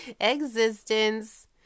existence